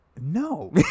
No